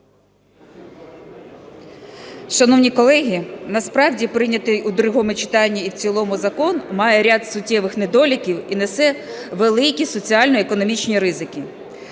Шановні колеги, насправді прийнятий у другому читанні і в цілому закон має ряд суттєвих недоліків, і несе великі соціально-економічні ризики.